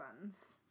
buns